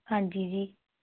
ਹਾਂਜੀ ਜੀ